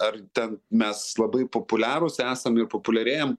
ar ten mes labai populiarūs esam populiarėjam